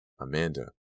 Amanda